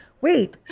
wait